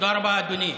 תודה רבה, אדוני.